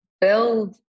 build